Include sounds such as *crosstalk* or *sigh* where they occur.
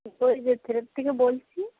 *unintelligible* থেকে বলছি